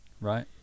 right